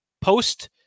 post